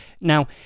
Now